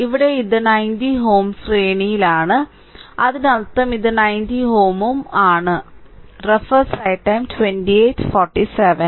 ഇവിടെ ഇത് 90Ω ശ്രേണിയിലാണ് അതിനർത്ഥം ഇത് 90 Ω ആണ് അതിനർത്ഥം